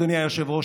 אדוני היושב-ראש,